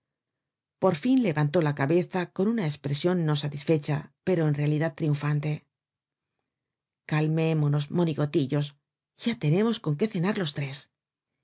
por fin levantó la cabeza con una espresion no satisfecha pero en realidad triunfante calmémonos monigotillos ya tenemos con qué cenar los tres